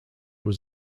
was